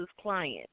client